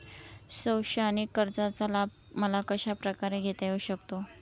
शैक्षणिक कर्जाचा लाभ मला कशाप्रकारे घेता येऊ शकतो?